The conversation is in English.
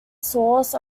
source